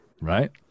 Right